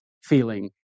feeling